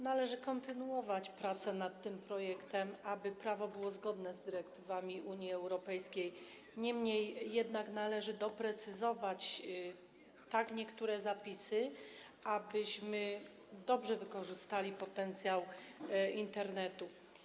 Należy kontynuować prace nad tym projektem, aby to prawo było zgodne z dyrektywami Unii Europejskiej, niemniej jednak należy doprecyzować niektóre zapisy w taki sposób, abyśmy mogli dobrze wykorzystać potencjał Internetu.